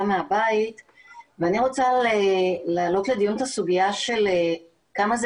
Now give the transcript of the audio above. מהבית ואני רוצה להעלות לדיון את הסוגיה של כמה זה